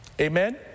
amen